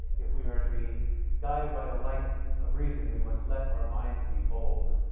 if we are to be guided by the light of reason we must let our minds be bold,